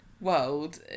world